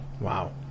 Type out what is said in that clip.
Wow